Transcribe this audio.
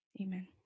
amen